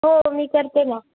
हो मी करते ना